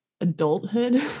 adulthood